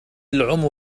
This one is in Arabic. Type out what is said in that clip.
العمر